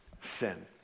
Sin